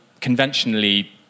conventionally